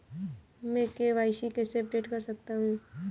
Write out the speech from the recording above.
मैं के.वाई.सी कैसे अपडेट कर सकता हूं?